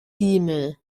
diemel